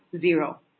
zero